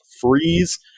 Freeze